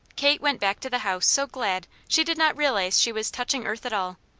kate went back to the house so glad she did not realize she was touching earth at all.